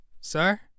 Sir